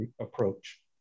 approach